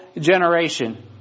generation